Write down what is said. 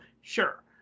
sure